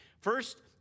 First